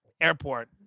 airport